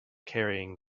carrying